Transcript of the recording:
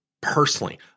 personally